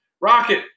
Rocket